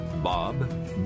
Bob